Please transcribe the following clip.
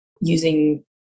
using